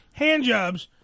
handjobs